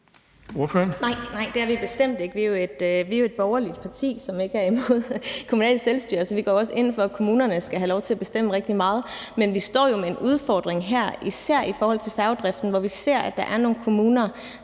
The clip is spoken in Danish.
Nej, det er vi bestemt ikke. Vi er jo et borgerligt parti, som ikke er imod kommunalt selvstyre. Så vi går ind for, at kommunerne skal have lov til at bestemme rigtig meget. Men vi står jo med en udfordring her, især i forhold til færgedriften, hvor vi ser, at der er nogle kommuner,